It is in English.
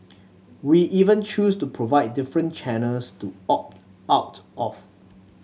we even choose to provide different channels to opt out of